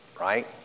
right